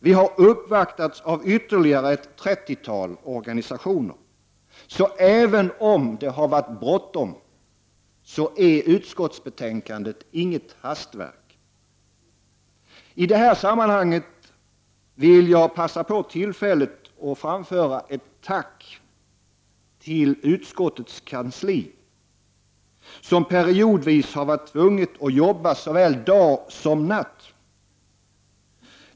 Vi har uppvaktats av ytterligare ett trettiotal organisationer. Så även om det har varit bråttom, är utskottsbetänkandet inget hastverk. I detta sammanhang vill jag passa på tillfället att framföra ett tack till utskottets kansli, som periodvis har varit tvunget att jobba såväl dag som natt.